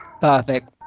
Perfect